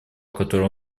которой